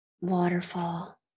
waterfall